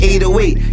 808